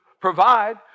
provide